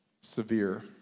severe